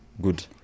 Good